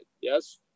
yes